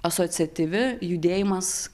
asociatyvi judėjimas